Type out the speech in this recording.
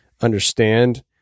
understand